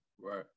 right